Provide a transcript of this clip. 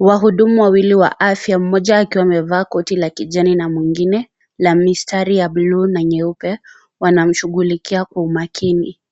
,wahudumu wawili wa afya mmoja akiwa amevaa koti la kijivu na mwingine misitari ya buluu na mweupe wanamshughulikia kwa umakini.